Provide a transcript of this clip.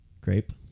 Grape